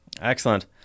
Excellent